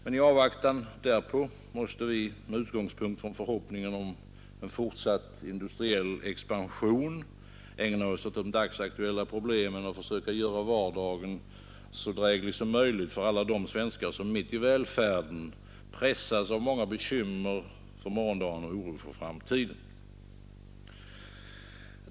Men i avvaktan därpå måste vi med utgångspunkt i förhoppningen om en fortsatt industriell expansion ägna oss åt de dagsaktuella problemen och försöka att göra vardagen så dräglig som möjligt för alla de svenskar som mitt i välfärden pressas av många bekymmer för morgondagen och oro för framtiden.